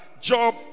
job